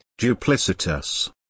Duplicitous